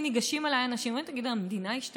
הם היו